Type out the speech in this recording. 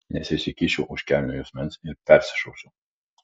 nes įsikišiu už kelnių juosmens ir persišausiu